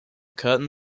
curtain